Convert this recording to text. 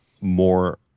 more